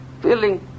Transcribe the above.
feeling